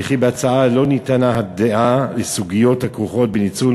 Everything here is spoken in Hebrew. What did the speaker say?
וכי בהצעה לא ניתנה הדעת לסוגיות הכרוכות בניצול